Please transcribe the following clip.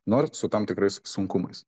norit su tam tikrais sunkumais